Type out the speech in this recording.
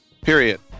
period